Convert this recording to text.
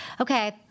Okay